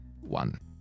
One